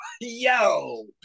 yo